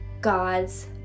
God's